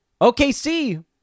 OKC